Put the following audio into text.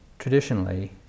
Traditionally